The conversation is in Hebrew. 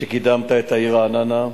וקידמת את העיר רעננה,